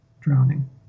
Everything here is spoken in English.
drowning